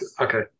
okay